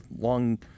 long